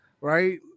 right